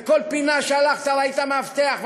ובכל פינה שהלכת ראית מאבטח,